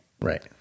Right